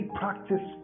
practice